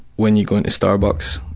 when you go into starbucks,